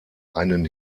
einen